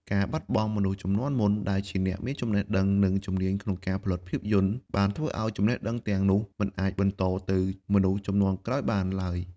ការបាត់បង់ មនុស្សជំនាន់មុន ដែលជាអ្នកមានចំណេះដឹង និងជំនាញក្នុងការផលិតភាពយន្ត បានធ្វើឲ្យចំណេះដឹងទាំងនោះមិនអាចបន្តទៅមនុស្សជំនាន់ក្រោយបានឡើយ។